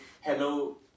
hello